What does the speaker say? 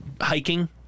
hiking